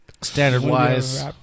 Standard-wise